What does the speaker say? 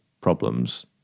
problems